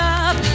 up